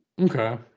Okay